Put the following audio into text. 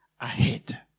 ahead